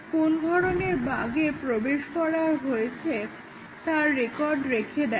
কোন ধরণের বাগের প্রবেশ ঘটানো হয়েছে সে তার রেকর্ড রেখে দেয়